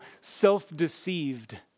self-deceived